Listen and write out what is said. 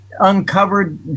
uncovered